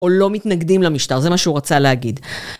או לא מתנגדים למשטר, זה מה שהוא רצה להגיד.